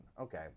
Okay